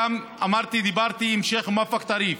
אמרתי, דיברתי עם שייח' מואפק טריף,